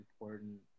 important